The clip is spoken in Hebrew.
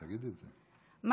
תגידי את זה.